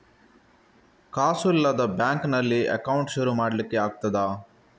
ಕಾಸು ಇಲ್ಲದ ಬ್ಯಾಂಕ್ ನಲ್ಲಿ ಅಕೌಂಟ್ ಶುರು ಮಾಡ್ಲಿಕ್ಕೆ ಆಗ್ತದಾ?